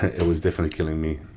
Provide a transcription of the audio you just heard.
it was definitely killing me.